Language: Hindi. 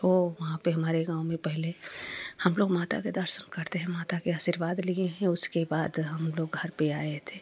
ओ वहाँ पर हमारे गाँव में पहेले हम लोग माता के दर्शन करते हैं माता के आशीर्वाद लिए हैं उसके बाद हम लोग घर पर आए थे